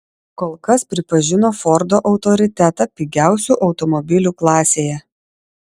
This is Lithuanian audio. kol kas pripažino fordo autoritetą pigiausių automobilių klasėje